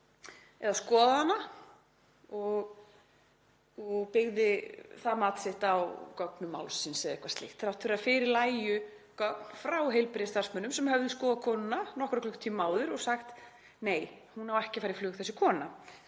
eða skoðað hana og byggði það mat sitt á gögnum málsins eða eitthvað slíkt þrátt fyrir að fyrir lægju gögn frá heilbrigðisstarfsmönnum sem höfðu skoðað konuna nokkrum klukkutímum áður og sagt: Nei, hún á ekki að fara í flug, þessi kona.